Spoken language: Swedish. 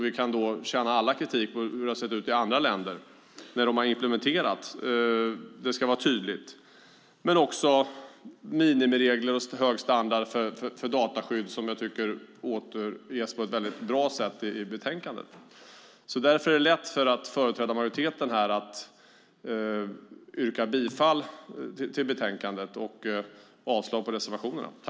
Vi kan se hur det varit med kritik i andra länder när de har implementerat. Det ska vara tydligt. Det ska vara minimiregler och hög standard för dataskydd, och det återges på ett väldigt bra sätt i betänkandet. Det är därför lätt att företräda majoriteten och yrka bifall till utskottets förslag i utlåtandet och avslag på reservationerna.